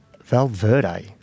Valverde